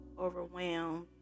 overwhelmed